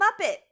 Muppet